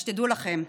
אז שתדעו לכם,